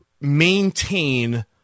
maintain